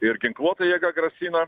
ir ginkluota jėga grasina